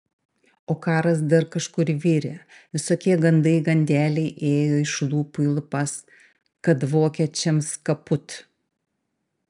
o karas dar kažkur virė visokie gandai gandeliai ėjo iš lūpų į lūpas kad vokiečiams kaput